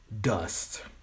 dust